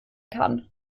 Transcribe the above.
kann